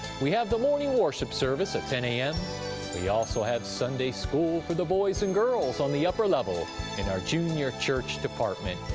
we have the morning worship service at ten am we also have sunday school for the boys and girls on the upper level in our junior church department.